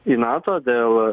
į nato dėl